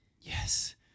Yes